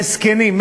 בזקנים.